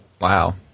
Wow